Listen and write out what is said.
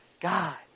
God